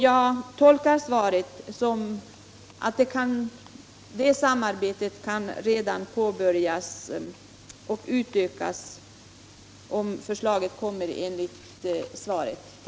Jag tolkar svaret så, att det samarbetet redan kan påbörjas och utökas, om förslaget kommer enligt svaret.